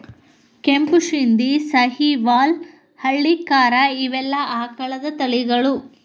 ಕೆಂಪು ಶಿಂದಿ, ಸಹಿವಾಲ್ ಹಳ್ಳಿಕಾರ ಇವೆಲ್ಲಾ ಆಕಳದ ತಳಿಗಳು